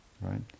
Right